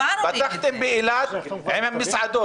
פתחתם באילת, בלי מסעדות.